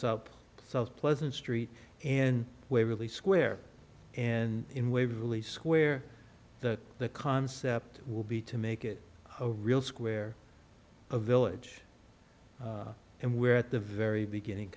up south pleasant street and waverly square and in waverly square that the concept will be to make it a real square a village and where at the very beginning